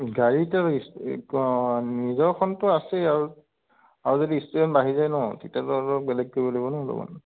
গাড়ী এতিয়া নিজৰখনটো আছেই আৰু আৰু যদি ষ্টুডেণ্ট বাঢ়ি যায় ন তেতিয়ালৈ আৰু বেলেগ কৰিব লাগিব ন অলপমান